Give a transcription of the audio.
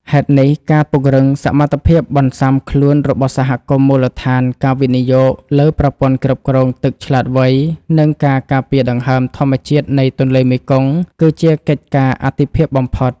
ហេតុនេះ ការពង្រឹងសមត្ថភាពបន្ស៊ាំខ្លួនរបស់សហគមន៍មូលដ្ឋាន ការវិនិយោគលើប្រព័ន្ធគ្រប់គ្រងទឹកឆ្លាតវៃ និងការការពារដង្ហើមធម្មជាតិនៃទន្លេមេគង្គ គឺជាកិច្ចការអាទិភាពបំផុត។